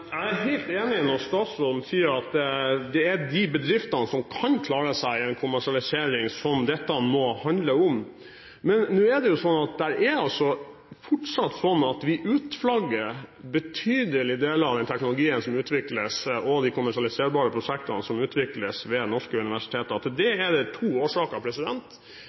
Jeg er helt enig når statsråden sier at dette må handle om de bedriftene som kan klare seg i en kommersialisering. Men nå er det jo fortsatt slik at vi utflagger betydelige deler av den teknologien og de kommersialiserbare prosjektene som utvikles ved norske universiteter. Det er to årsaker til det. Den ene er at vi er best i EU-klassen til å forholde oss til EU-regelverket – og det